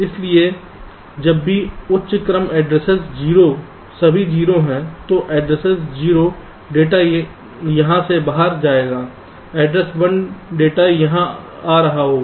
इसलिए जब भी उच्च क्रम ऐड्रेसेस 0 सभी 0 हैं तो एड्रेस 0 डेटा यहाँ से बाहर आ जाएगा एड्रेस 1 डेटा यहाँ आ रहा होगा